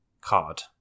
card